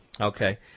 Okay